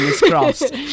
crossed